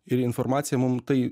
ir informacija mum tai